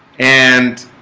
and